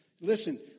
Listen